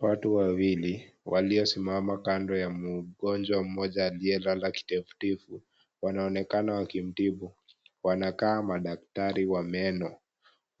Watu wawili waliosimama kando ya mgonjwa mmoja aliyelala kitevetevu. Wanaonekana wakimtibu. Wanakaa madaktari wa meno.